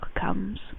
comes